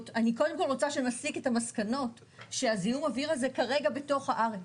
אני קודם כל רוצה שנסיק את המסקנות שזיהום האוויר הזה כרגע בתוך הארץ,